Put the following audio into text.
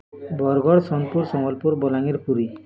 Bargarh Sonepur Sambalpur Balangir Puri